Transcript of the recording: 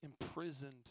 imprisoned